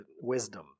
wisdom